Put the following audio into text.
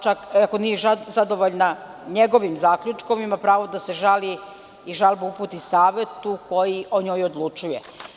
Čak ako nije zadovoljna njegovim zaključkom, ima pravo da se žali i žalbu uputi Savetu, koji o njoj odlučuje.